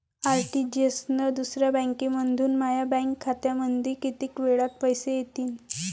RTGS न दुसऱ्या बँकेमंधून माया बँक खात्यामंधी कितीक वेळातं पैसे येतीनं?